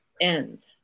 end